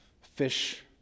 fish